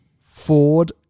Ford